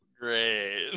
Great